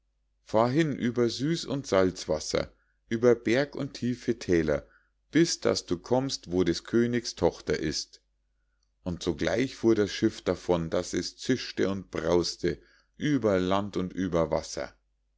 fahr hin über süßwasser und salzwasser über berg und tiefe thäler bis daß du kommst wo des königs tochter ist und sogleich fuhr das schiff davon daß es zischte und braus'te über land und über wasser